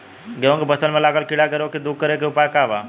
गेहूँ के फसल में लागल कीड़ा के रोग के दूर करे के उपाय का बा?